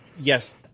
yes